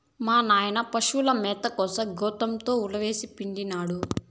మా నాయన పశుల మేత కోసం గోతంతో ఉలవనిపినాడు